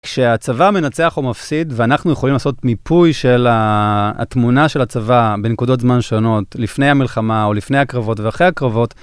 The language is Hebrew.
כשהצבא מנצח או מפסיד ואנחנו יכולים לעשות מיפוי של התמונה של הצבא בנקודות זמן שונות לפני המלחמה או לפני הקרבות ואחרי הקרבות,